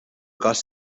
cos